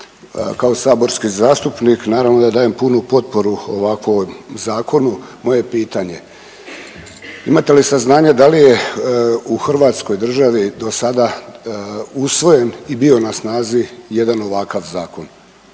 kao saborski zastupnik naravno da dajem punu potporu ovakvom zakonu. Moje je pitanje imate li saznanje da li je u Hrvatskoj državi do sada usvojen i bio na snazi jedan ovakav zakon